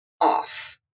off